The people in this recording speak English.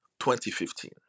2015